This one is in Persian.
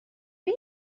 این